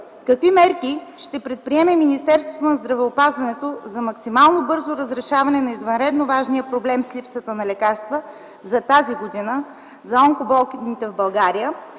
Какви мерки ще предприеме Министерството на здравеопазването за максимално бързо разрешаване на извънредно важния проблем с липсата на лекарства за тази година за онкоболните в България,